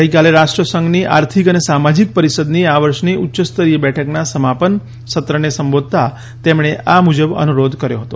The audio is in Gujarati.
ગઇકાલે રાષ્ટ્રસંઘની આર્થિક અને સામાજીક પરીષદની આ વર્ષની ઉચ્ચસ્તરીય બેઠકના સમાપન સત્રને સંબોધતા તેમણે આ મુજબ અનુરોધ કર્યો હતો